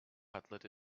cutlet